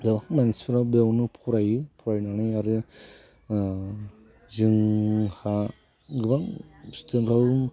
मानसिफ्रा बेयावनो फरायो फरायनानै आरो जोंहा गोबां स्टुदेन्टफ्राबो